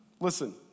Listen